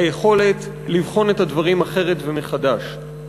היכולת לבחון את הדברים אחרת ומחדש.